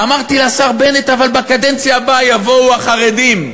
אמרתי לשר בנט: אבל בקדנציה הבאה יבואו החרדים,